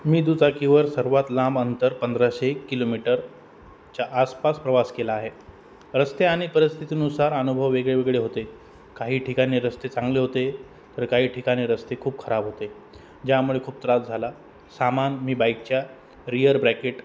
मी दुचाकीवर सर्वात लांब अंतर पंधराशे किलोमीटरच्या आसपास प्रवास केला आहे रस्ते आणि परिस्थितीनुसार अनुभव वेगळे वेगळे होते काही ठिकाणी रस्ते चांगले होते तर काही ठिकाणी रस्ते खूप खराब होते ज्यामुळे खूप त्रास झाला सामान मी बाईकच्या रिअर ब्रॅकेट